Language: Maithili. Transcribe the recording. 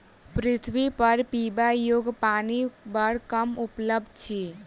पृथ्वीपर पीबा योग्य पानि बड़ कम उपलब्ध अछि